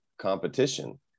competition